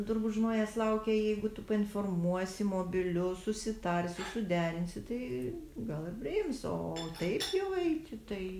turbūt žmonės laukia jeigu tu painformuosi mobiliu susitarsi suderinsi tai gal ir priims o taip jau eiti tai